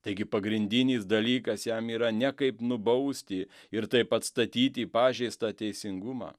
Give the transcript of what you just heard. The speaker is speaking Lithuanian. taigi pagrindinis dalykas jam yra ne kaip nubausti ir taip atstatyti pažeistą teisingumą